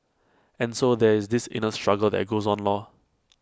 and so there is this inner struggle that goes on lor